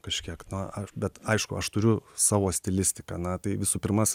kažkiek na bet aišku aš turiu savo stilistiką na tai visų pirmas